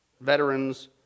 veterans